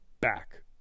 back